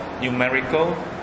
numerical